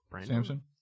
Samson